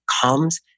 comes